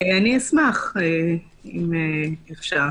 אני אשמח, אם אפשר.